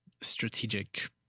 strategic